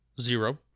zero